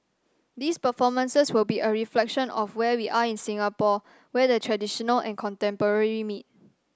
these performances will be a reflection of where we are in Singapore where the traditional and contemporary meet